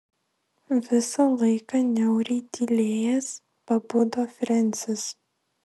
visą laiką niauriai tylėjęs pabudo frensis